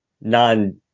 non